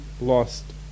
lost